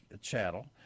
chattel